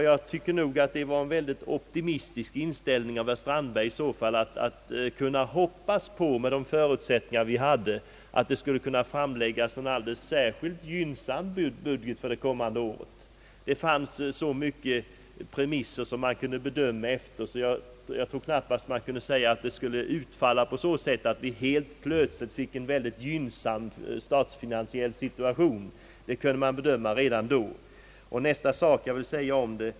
Jag tycker att det är en mycket optimistisk inställning från herr Strandbergs sida att hoppas på att en alldeles särskilt gynnsam budget skulle kunna framläggas för det kommande budgetåret, med de ekonomiska förutsättningar som har förelegat. Det fanns så många premisser efter vilka det ekonomiska läget kunde bedömas att man knappast kunde tro på en helt plötsligt mycket gynnsam statsfinansiell situation. Den saken kunde bedömas redan när beslutet fattades.